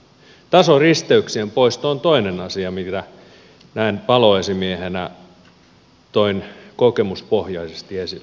tasoristeyksien poisto on toinen asia minkä näin paloesimiehenä toin kokemuspohjaisesti esille